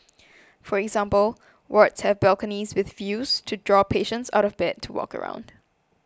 for example wards have balconies with views to draw patients out of bed to walk around